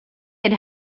had